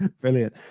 brilliant